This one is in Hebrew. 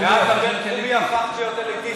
מאז הבינתחומי הפכת להיות אליטיסטית,